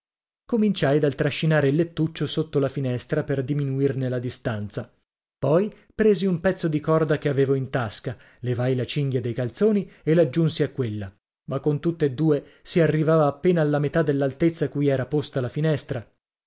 cominciai dal trascinare il lettuccio sotto la finestra per diminuirne la distanza poi presi un pezzo di corda che avevo in tasca levai la cinghia dei calzoni e laggiunsi a quella ma con tutt'e due si arrivava appena alla metà dell'altezza cui era posta la finestra